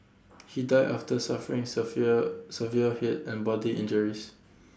he died after suffering severe severe Head and body injuries